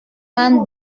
man